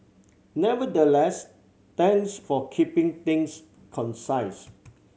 nevertheless thanks for keeping things concise